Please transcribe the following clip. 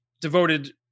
devoted